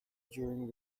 during